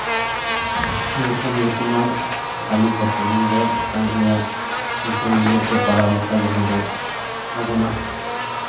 ᱚᱱᱠᱟᱱ ᱧᱩᱛᱩᱢᱟᱱ ᱦᱟᱹᱞᱤ ᱜᱷᱚᱴᱚᱱ ᱫᱚ ᱢᱤᱫᱴᱟᱱ ᱤᱧᱟᱹᱜ ᱧᱩᱛᱩᱢ ᱢᱮᱫ ᱨᱮ ᱯᱟᱲᱟᱣ ᱞᱮᱠᱟ ᱡᱟᱦᱟᱸ ᱫᱚ ᱟᱵᱚᱱᱟᱜ